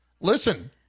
Listen